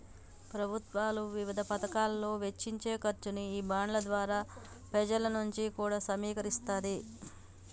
ప్రభుత్వాలు వివిధ పతకాలలో వెచ్చించే ఖర్చుని ఈ బాండ్ల ద్వారా పెజల నుంచి కూడా సమీకరిస్తాది